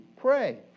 pray